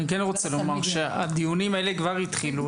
אני כן רוצה לומר שהדיונים האלה כבר התחילו,